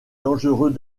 dangereux